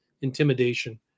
intimidation